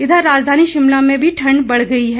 इधर राजधानी शिमला में भी ठण्ड बढ़ गई है